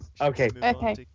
Okay